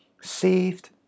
saved